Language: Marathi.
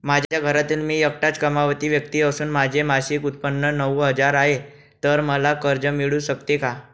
माझ्या घरातील मी एकटाच कमावती व्यक्ती असून माझे मासिक उत्त्पन्न नऊ हजार आहे, तर मला कर्ज मिळू शकते का?